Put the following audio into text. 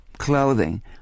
clothing